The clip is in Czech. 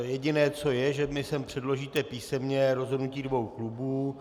Jediné, co je, že mi sem předložíte písemně rozhodnutí dvou klubů.